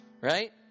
Right